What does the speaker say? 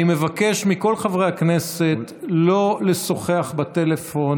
אני מבקש מכל חברי הכנסת לא לשוחח בטלפון